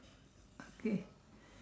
okay